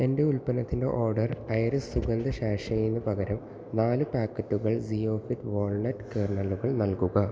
എന്റെ ഉൽപ്പന്നത്തിന്റെ order Iris സുഗന്ധ സാഷേന് പകരം നാല് പാക്കറ്റുകൾ സിയോഫിറ്റ് വാൽനട്ട് കേർണലുകൾ നൽകുക